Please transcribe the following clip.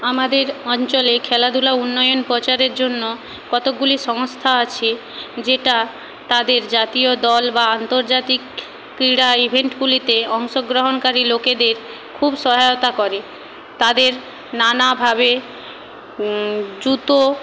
আমাদের অঞ্চলে খেলাধূলা উন্নয়ন প্রচারের জন্য কতকগুলি সংস্থা আছে যেটা তাদের জাতীয় দল বা আন্তর্জাতিক ক্রীড়া ইভেন্টগুলিতে অংশগ্রহণকারী লোকেদের খুব সহায়তা করে তাদের নানাভাবে জুতো